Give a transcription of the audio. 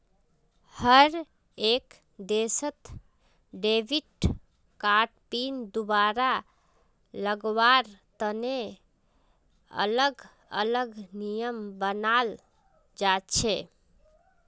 हर एक देशत debit card PIN दुबारा लगावार तने अलग अलग नियम बनाल जा छे